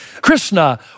Krishna